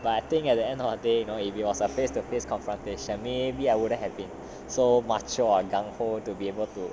but I think at the end of the day you know if it was face to face confrontation may be I wouldn't have been so macho or to be able to